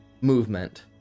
movement